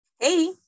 Hey